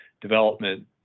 Development